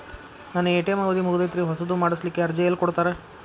ನನ್ನ ಎ.ಟಿ.ಎಂ ಅವಧಿ ಮುಗದೈತ್ರಿ ಹೊಸದು ಮಾಡಸಲಿಕ್ಕೆ ಅರ್ಜಿ ಎಲ್ಲ ಕೊಡತಾರ?